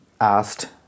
asked